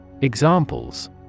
Examples